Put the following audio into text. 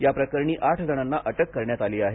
याप्रकरणी आठ जणांना अटक करण्यात आली आहे